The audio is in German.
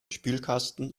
spülkasten